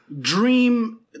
dream